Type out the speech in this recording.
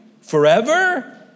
forever